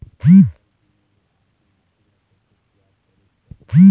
फसल बुने ले आघु माटी ला कइसे तियार करेक चाही?